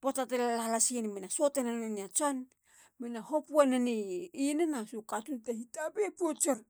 poata te lalasyen mena suatena nonei a tson. hopueneni inana. so katun te hitabee potsir.